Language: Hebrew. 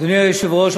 אדוני היושב-ראש,